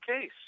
case